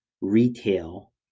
retail